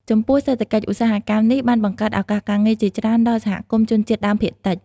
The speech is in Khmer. ចំពោះសេដ្ឋកិច្ច ឧស្សាហកម្មនេះបានបង្កើត ឱកាសការងារ ជាច្រើនដល់សហគមន៍ជនជាតិដើមភាគតិច។